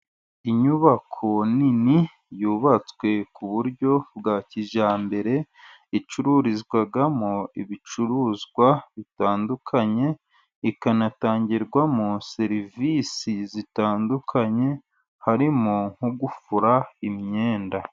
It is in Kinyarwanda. Inyubako nini yubatswe ku buryo bwa kijyambere, icururizwamo ibicuruzwa bitandukanye, ikanatangirwamo serivisi zitandukanye harimo nko gufura imyenda.